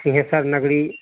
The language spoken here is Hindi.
थिनेसर नगरी